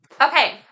okay